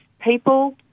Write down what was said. people